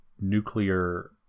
nuclear